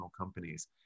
companies